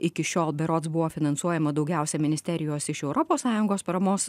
iki šiol berods buvo finansuojama daugiausia ministerijos iš europos sąjungos paramos